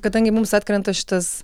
kadangi mums atkrenta šitas